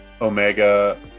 Omega